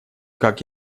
как